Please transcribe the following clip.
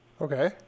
Okay